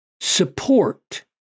support